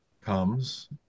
comes